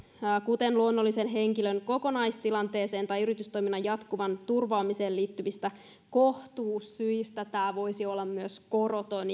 syistä kuten luonnollisen henkilön kokonaistilanteeseen tai yritystoiminnan jatkuvuuden turvaamiseen liittyvistä kohtuussyistä tämä voisi olla myös koroton